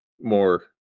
more